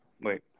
Wait